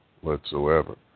whatsoever